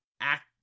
act